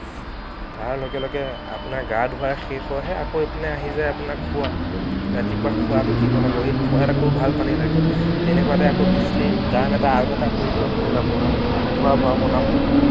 তাৰ লগে লগে আপোনাৰ গা ধোৱা শেষ হয়হে আকৌ এইপিনে আহি যায় আপোনাৰ খোৱা ৰাতিপুৱা খোৱাটো কি বনাব এই খোৱাত আকৌ ভাল পানী লাগে তেনেকুৱাতে আকৌ বিছলেৰী ড্ৰাম এটা আৰু এটা প্ৰয়োজন হ'ল আপোনাৰ খোৱা বোৱা বনাবলৈ